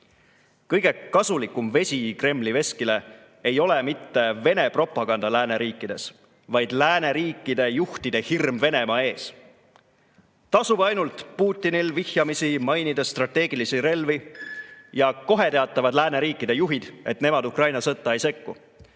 Kõige kasulikum vesi Kremli veskile ei ole mitte Vene propaganda lääneriikides, vaid lääneriikide juhtide hirm Venemaa ees. Tasub ainult Putinil vihjamisi mainida strateegilisi relvi, ja kohe teatavad lääneriikide juhid, et nemad Ukraina sõtta ei sekku.